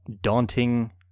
daunting